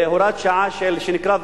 הוראת שעה, שנקרא ול"ל.